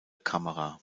kamera